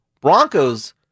Broncos